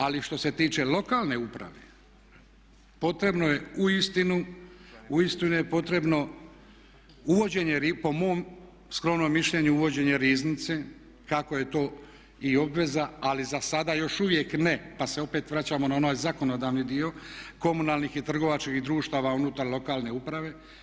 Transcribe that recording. Ali što se tiče lokalne uprave potrebno je uistinu, uistinu je potrebno po mom skromnom mišljenju uvođenje riznice kako je to i obveza ali za sada još uvijek ne, pa se opet vraćamo na onaj zakonodavni dio komunalnih i trgovačkih društava unutar lokalne uprave.